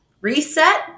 reset